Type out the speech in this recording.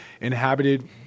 inhabited